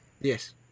Yes